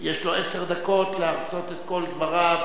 יש לו עשר דקות להרצות את כל דבריו,